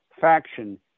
faction